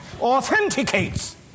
authenticates